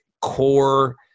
core